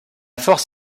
force